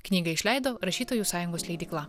knygą išleido rašytojų sąjungos leidykla